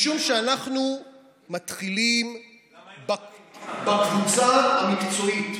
משום שאנחנו מתחילים בקבוצה המקצועית.